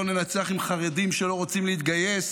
לא ננצח עם חרדים שלא רוצים להתגייס.